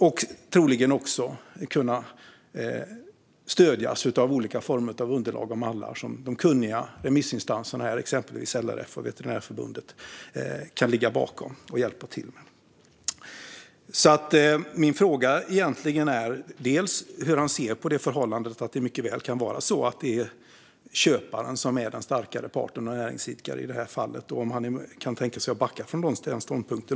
Den kan troligen också stödjas av olika underlag och mallar som de kunniga remissinstanserna, exempelvis LRF och Sveriges Veterinärförbund, kan ligga bakom och hjälpa till med. Min fråga är hur statsrådet ser på det förhållandet att det mycket väl kan vara så att det är köparen som är den starkare parten och näringsidkare i det här fallet och om han kan tänka sig att backa från den ståndpunkten.